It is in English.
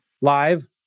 live